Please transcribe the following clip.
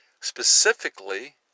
Specifically